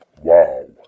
Wow